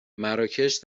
مراکش